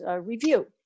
review